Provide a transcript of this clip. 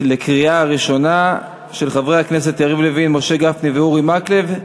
של חברי הכנסת יריב לוין, משה גפני ואורי מקלב,